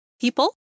people